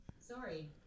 Sorry